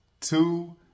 Two